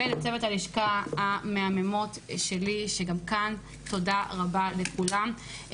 ולצוות הלשכה המהממות שלי תודה רבה לכולם.